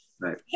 Right